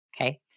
okay